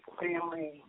family